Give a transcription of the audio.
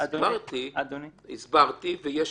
הסברתי ויש